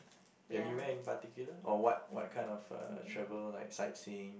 anywhere in particular or what what kind of uh travel like sightseeing